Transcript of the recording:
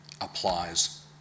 applies